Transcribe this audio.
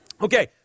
Okay